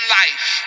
life